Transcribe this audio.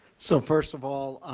so first of all,